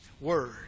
Word